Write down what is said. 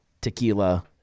tequila